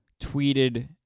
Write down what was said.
tweeted